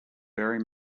very